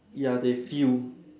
ya they feel